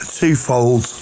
twofold